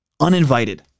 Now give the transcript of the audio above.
uninvited